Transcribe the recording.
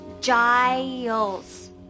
Giles